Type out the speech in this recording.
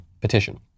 petition